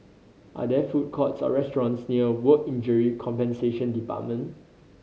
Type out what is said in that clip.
are there food courts or restaurants near Work Injury Compensation Department